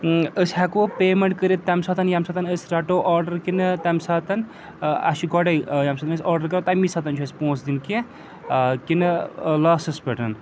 أسۍ ہٮ۪کوٕ پیمٮ۪نٛٹ کٔرِتھ تَمہِ ساتہٕ ییٚمہِ ساتہٕ أسۍ رَٹو آرڈَر کِنہٕ تَمہِ ساتہٕ اَسہِ چھِ گۄڈَے ییٚمہِ ساتہٕ أسۍ آرڈَر کَرو تَمی ساتہٕ چھُ اَسہِ پونٛسہٕ دِنۍ کیٚنٛہہ کِنہٕ لاسٹَس پٮ۪ٹھ